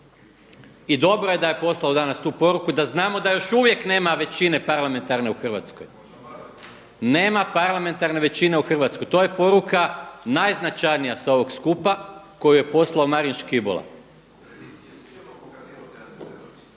I dobro je da je poslao danas tu poruku i da znamo da još uvijek nema većine parlamentarne u Hrvatskoj. Nema parlamentarne većine u Hrvatskoj. To je poruka najznačajnija sa ovog skupa koju je poslao Marin Škibola.